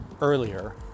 earlier